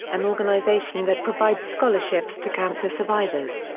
an organization that provides scholarships to cancer survivors.